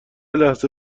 لحظه